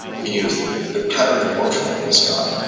we use the pattern of motion on the sky.